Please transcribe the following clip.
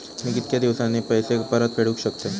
मी कीतक्या दिवसांनी पैसे परत फेडुक शकतय?